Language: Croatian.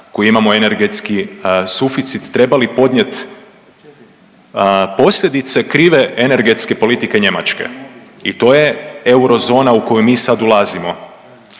koji imamo energetski suficit trebali podnijeti posljedice krive energetske politike Njemačke. I to je eurozona u koju mi sad ulazimo.